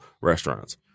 restaurants